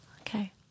Okay